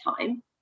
time